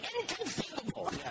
inconceivable